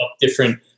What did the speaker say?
different